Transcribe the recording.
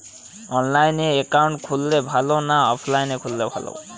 অনলাইনে একাউন্ট খুললে ভালো না অফলাইনে খুললে ভালো?